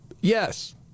Yes